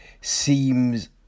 seems